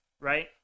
right